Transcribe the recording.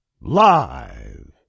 live